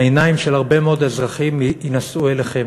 העיניים של הרבה מאוד אזרחים יינשאו אליכם